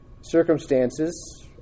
circumstances